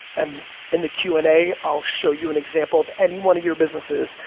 and in the q and a, i'll show you an example of any one of your businesses,